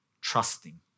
trusting